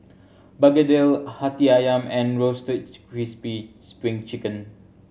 begedil Hati Ayam and Roasted Crispy Spring Chicken